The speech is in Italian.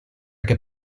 che